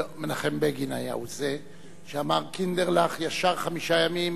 מנחם בגין היה זה שאמר: קינדרלך, ישר חמישה ימים?